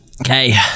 Okay